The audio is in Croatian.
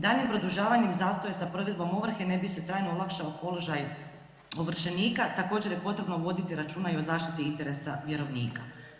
Daljnjim produžavanjem zastoja sa provedbom ovrhe ne bi trajno olakšao položaj ovršenika također je potrebno voditi računa i o zaštiti interesa vjerovnika.